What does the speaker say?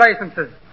licenses